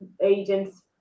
agents